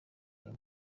uyu